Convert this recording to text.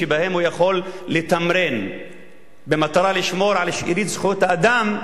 שבהם הוא יכול לתמרן במטרה לשמור על שארית זכויות האדם,